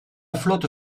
flotte